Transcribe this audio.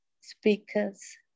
speakers